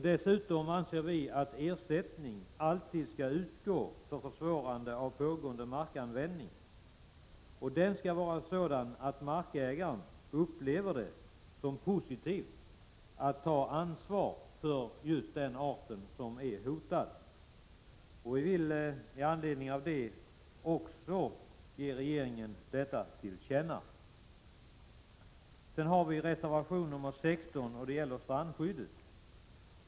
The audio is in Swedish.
Dessutom anser vi att ersättning alltid skall utgå för försvårande av pågående markanvändning. Ersättningen skall vara sådan att markägaren upplever det som positivt att ta ansvar för just den art som är hotad. Vi vill ge regeringen också detta till känna. Sedan har vi reservation 16, som gäller strandskyddet.